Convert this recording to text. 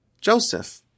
Joseph